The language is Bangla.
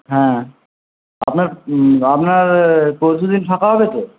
হ্যাঁ আপনার আপনার পরশুদিন ফাঁকা হবে তো